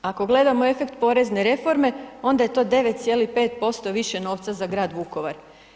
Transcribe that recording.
Ako gledamo efekt porezne reforme, onda je to 9,5% više novca za grad Vukovar.